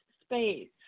space